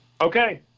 Okay